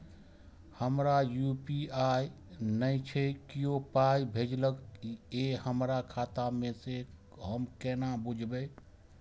हमरा यू.पी.आई नय छै कियो पाय भेजलक यै हमरा खाता मे से हम केना बुझबै?